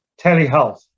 telehealth